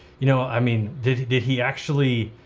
you know, i mean, did did he actually,